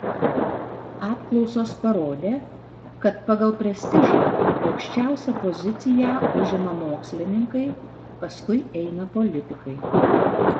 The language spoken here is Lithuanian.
apklausos parodė kad pagal prestižą aukščiausią poziciją užima mokslininkai paskui eina politikai